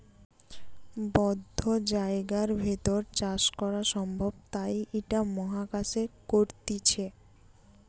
বদ্ধ জায়গার ভেতর চাষ করা সম্ভব তাই ইটা মহাকাশে করতিছে